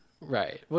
right